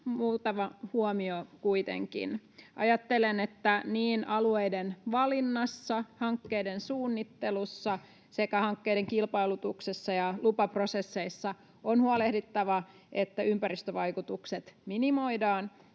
Muutama huomio kuitenkin. Ajattelen, että alueiden valinnassa, hankkeiden suunnittelussa sekä hankkeiden kilpailutuksissa ja lupaprosesseissa on huolehdittava, että ympäristövaikutukset minimoidaan